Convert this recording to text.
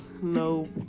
no